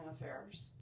affairs